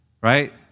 right